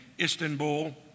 Istanbul